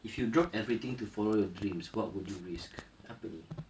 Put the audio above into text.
if you drop everything to follow your dreams what would you risk apa ni